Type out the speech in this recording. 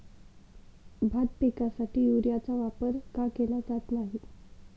भात पिकासाठी युरियाचा वापर का केला जात नाही?